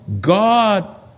God